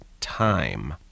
time